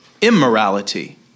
immorality